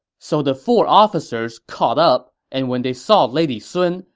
so the four officers caught up, and when they saw lady sun,